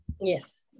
Yes